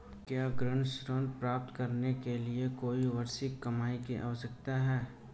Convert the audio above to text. क्या गृह ऋण प्राप्त करने के लिए कोई वार्षिक कमाई की आवश्यकता है?